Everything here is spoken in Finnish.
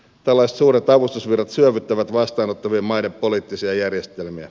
tällaiset suuret avustusvirrat syövyttävät vastaanottavien maiden poliittisia järjestelmiä